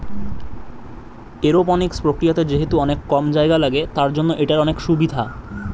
aeroponics প্রক্রিয়াতে যেহেতু অনেক কম জায়গা লাগে, তার জন্য এটার অনেক সুভিধা